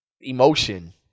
Emotion